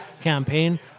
campaign